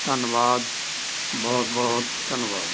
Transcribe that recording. ਧੰਨਵਾਦ ਬਹੁਤ ਬਹੁਤ ਧੰਨਵਾਦ